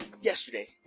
Yesterday